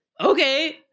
okay